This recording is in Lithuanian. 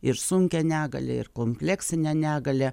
ir sunkią negalią ir kompleksinę negalią